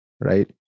right